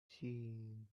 seen